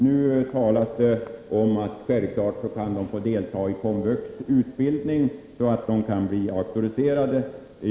Nu talas det om att de självfallet kan få delta i komvuxutbildning så att de kan bli auktoriserade.